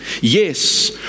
Yes